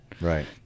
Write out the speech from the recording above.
Right